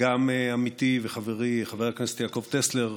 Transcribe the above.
וגם עמיתי וחברי חבר הכנסת יעקב טסלר,